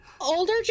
older